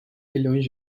milhões